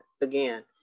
again